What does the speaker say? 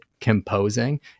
composing